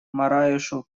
мораешу